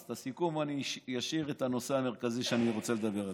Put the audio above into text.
אז לסיכום אני אשאיר את הנושא המרכזי שאני רוצה לדבר עליו.